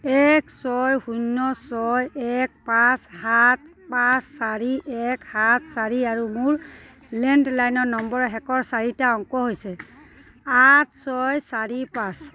এক ছয় শূন্য ছয় এক পাঁচ সাত পাঁচ চাৰি এক সাত চাৰি আৰু মোৰ লেণ্ডলাইন নম্বৰৰ শেষৰ চাৰিটা অংক হৈছে আঠ ছয় চাৰি পাঁচ